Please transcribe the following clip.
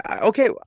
okay